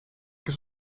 que